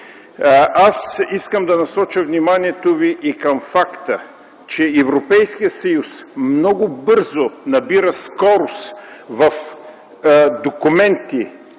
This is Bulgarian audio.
искам да насоча вниманието Ви и към факта, че Европейският съюз много бързо набира скорост в документи,